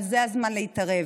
אבל זה הזמן להתערב,